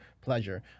pleasure